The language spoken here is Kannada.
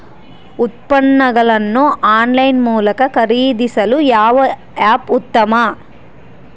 ಉತ್ಪನ್ನಗಳನ್ನು ಆನ್ಲೈನ್ ಮೂಲಕ ಖರೇದಿಸಲು ಯಾವ ಆ್ಯಪ್ ಉತ್ತಮ?